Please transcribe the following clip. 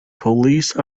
police